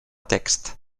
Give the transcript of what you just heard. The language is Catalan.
text